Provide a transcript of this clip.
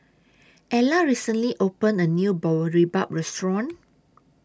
Ela recently opened A New Boribap Restaurant